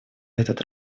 этот